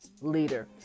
leader